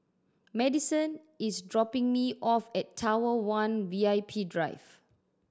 Madisen is dropping me off at Tower one V I P Drive